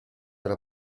era